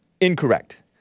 incorrect